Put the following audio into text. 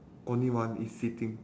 only one is sitting